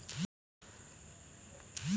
झाड़ियाँ पर्णपाती या सदाबहार हो सकती हैं